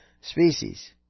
species